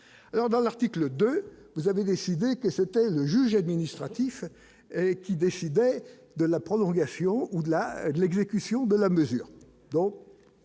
alors dans l'article 2 vous avez décidé que c'était le juge administratif qui décidait de la prolongation au-delà de l'exécution de la mesure